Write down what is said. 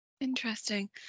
Interesting